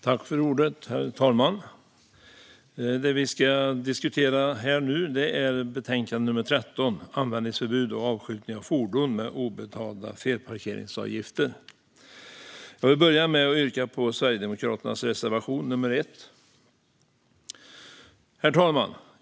Herr ålderspresident! Det vi ska debattera nu är trafikutskottets betänkande nr 13, Användningsförbud och avskyltning av fordon med obetalda felparkeringsavgifter . Jag vill börja med att yrka bifall till Sverigedemokraternas reservation nr 1. Herr ålderspresident!